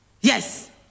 Yes